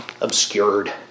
obscured